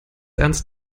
ernst